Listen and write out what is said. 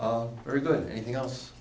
of very good anything else